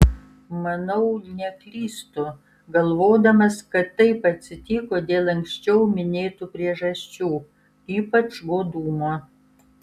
manau neklystu galvodamas kad taip atsitiko dėl anksčiau minėtų priežasčių ypač godumo